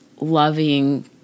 loving